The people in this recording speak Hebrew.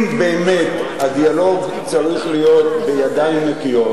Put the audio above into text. אם באמת הדיאלוג צריך להיות בידיים נקיות,